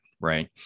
right